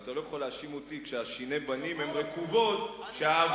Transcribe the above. אבל אתה לא יכול להאשים אותי כששיני הבנים הן רקובות שהאבות,